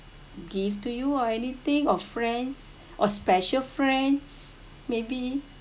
gift to you or anything or friends or special friends maybe